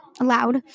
allowed